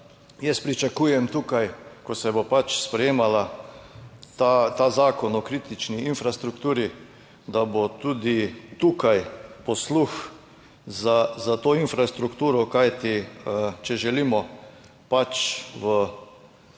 pričakujem tukaj, ko se bo pač sprejemal ta Zakon o kritični infrastrukturi, da bo tudi tukaj posluh za to infrastrukturo. Kajti, če želimo pač, v